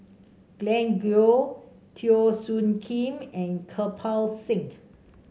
Glen Goei Teo Soon Kim and Kirpal Singh